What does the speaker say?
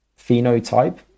phenotype